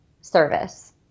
service